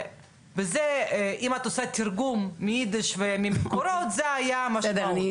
וזה אם את עושה תרגום מאידיש ומהמקורות זו הייתה המשמעות,